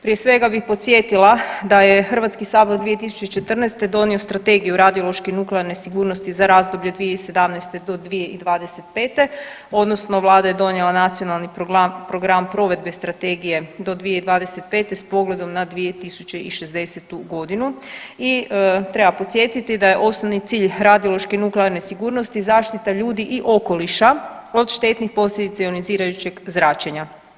Prije svega bih podsjetila da je Hrvatski sabor 2014. donio Strategiju radiološke nuklearne sigurnosti za razdoblje 2017. do 2025. odnosno Vlada je donijela Nacionalni program provedbe strategije do 2025. s pogledom na 2060. godinu, osnovni cilj radiološke i nuklearne sigurnosti zaštita ljudi i okoliša od štetnih posljedica ionizirajućeg zračenja.